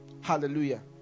Hallelujah